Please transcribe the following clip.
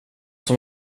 som